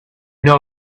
know